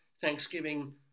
Thanksgiving